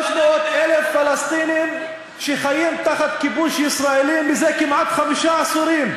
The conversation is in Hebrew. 300,000 פלסטינים שחיים תחת כיבוש ישראלי זה כמעט חמישה עשורים,